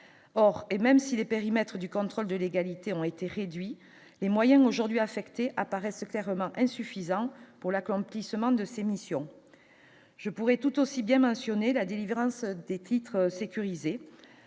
or et même si le périmètre du contrôle de légalité ont été réduit les moyens aujourd'hui affecté apparaissent clairement insuffisant pour l'accomplissement de ses missions, je pourrais tout aussi bien mentionné la délivrance des titres sécurisés